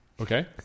Okay